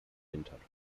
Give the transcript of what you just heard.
winterluft